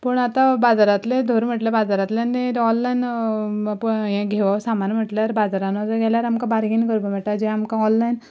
पूण आतां बाजारांंतले धर म्हणल्यार बाजारांतले आनी ऑनलायन घेव सामान म्हणल्यार बाजारांत अशें गेल्यार आमकां बार्गेन करपाक मेळटा जें आमकां ऑनलायन